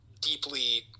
deeply